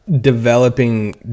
developing